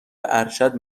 ارشد